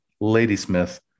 Ladysmith